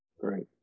great